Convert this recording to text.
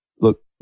look